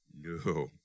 No